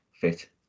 fit